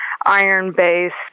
iron-based